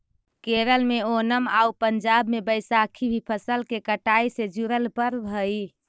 केरल में ओनम आउ पंजाब में बैसाखी भी फसल के कटाई से जुड़ल पर्व हइ